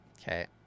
Okay